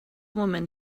woman